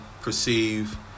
perceive